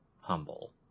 humble